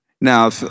Now